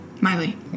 Miley